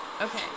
Okay